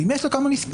ואם יש לה כמה נספחים.